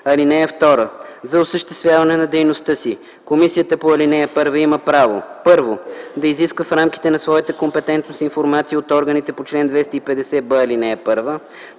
данни. (2) За осъществяване на дейността си Комисията по ал. 1 има право: 1. да изисква в рамките на своята компетентност информация от органите по чл. 250б, ал. 1,